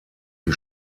die